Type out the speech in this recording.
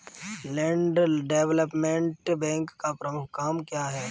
Land development bank का प्रमुख काम क्या है?